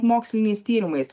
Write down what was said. moksliniais tyrimais